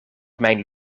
mijn